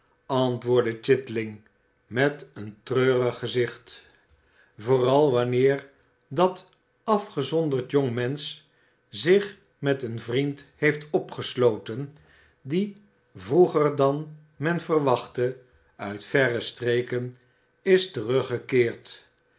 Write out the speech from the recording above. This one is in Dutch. antwoordde chitling met een treurig gezicht vooral wanneer dat afgezonderd jongmensch zich met een vriend heeft opgesloten die vroeger dan men verwachtte uit verre streken is teruggekeerd